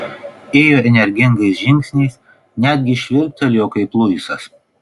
ėjo energingais žingsniais netgi švilptelėjo kaip luisas